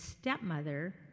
stepmother